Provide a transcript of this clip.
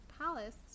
Palace